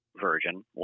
version